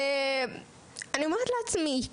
אני אומרת לעצמי,